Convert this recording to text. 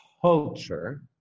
culture